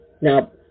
Now